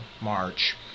March